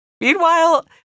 Meanwhile